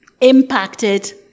impacted